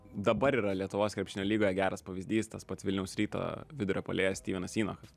dabar yra lietuvos krepšinio lygoje geras pavyzdys tas pats vilniaus ryto vidurio puolėjas stevenas vienas